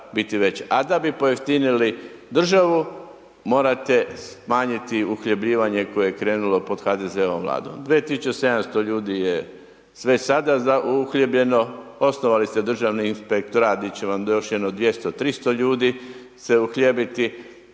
A da bi pojeftinili državu morate smanjiti uhljebljivanje koje je krenulo pod HDZ-ovom vladom. 2700 ljudi je sve sada uhljebljeno, osnovali ste Državni inspektorat gdje će vam još jedno 200, 300 ljudi se uhljebiti,